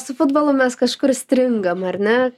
su futbolu mes kažkur stringam ar ne